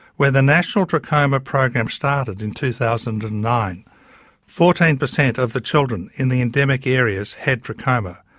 when the national trachoma program started in two thousand and nine fourteen percent of the children in the endemic areas had trachoma,